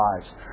lives